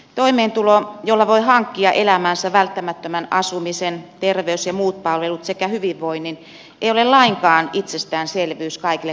toimeentulo jolla voi hankkia elämäänsä välttämättömän asumisen terveys ja muut palvelut sekä hyvinvoinnin ei ole lainkaan itsestäänselvyys kaikille kansalaisillemme